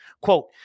Quote